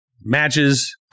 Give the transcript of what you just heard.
matches